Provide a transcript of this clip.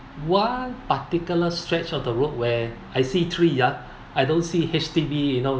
one particular stretch of the road where I see three yard I don't see H_D_B you know